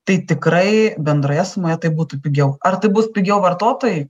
tai tikrai bendroje sumoje tai būtų pigiau ar tai bus pigiau vartotojui